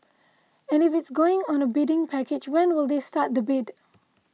and if it's going on a bidding package when will they start the bid